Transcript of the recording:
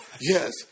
Yes